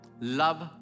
love